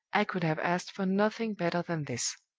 i could have asked for nothing better than this.